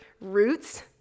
roots